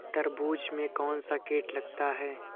तरबूज में कौनसा कीट लगता है?